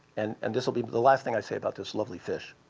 and and this will be but the last thing i say about this lovely fish.